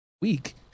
week